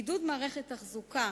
עידוד מערכת תחזוקה